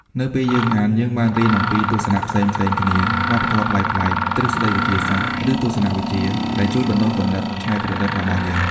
នៅពេលយើងអាន យើងបានរៀនអំពីទស្សនៈផ្សេងៗគ្នា វប្បធម៌ប្លែកៗ ទ្រឹស្ដីវិទ្យាសាស្ត្រ ឬទស្សនវិជ្ជា ដែលជួយ បណ្ដុះគំនិតច្នៃប្រឌិត របស់យើង។